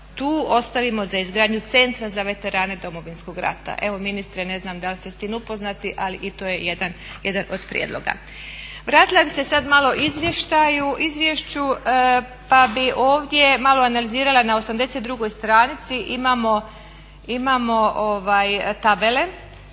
tu ostavimo za izgradnju Centra za veterane Domovinskog rata. Evo ministre ne znam da l' ste s tim upoznati, ali i to je jedan od prijedloga. Vratila bih se sad malo izvještaju, izvješću pa bih ovdje malo analizirala na 82. stranici imamo tabele